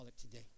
today